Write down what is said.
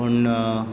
पूण